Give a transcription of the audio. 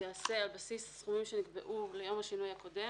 ייעשה על בסיס הסכומים שנקבעו ליום השינוי הקודם,